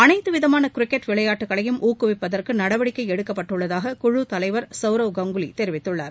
அளைத்து விதமான கிரிக்கெட் விளையாட்டுக்களையும் ஊக்குவிப்பதற்கு நடவடிக்கை எடுக்கப்பட்டுள்ளதாக குழுத் தலைவர் சவுரவ் கங்குலி தெரிவித்துள்ளார்